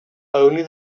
only